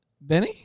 Benny